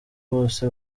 bose